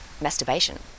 masturbation